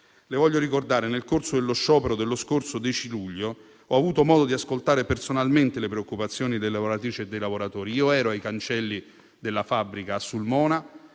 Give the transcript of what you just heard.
Le voglio ricordare che, nel corso dello sciopero dello scorso 10 luglio, ho avuto modo di ascoltare personalmente le preoccupazioni delle lavoratrici e dei lavoratori; ero ai cancelli della fabbrica a Sulmona